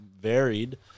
varied